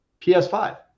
PS5